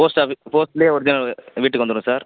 post office போஸ்ட்லயே original வீட்டுக்கு வந்துரும் சார்